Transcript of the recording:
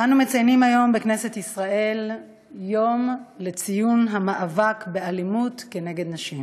אנו מציינים היום בכנסת ישראל את יום המאבק באלימות כלפי נשים.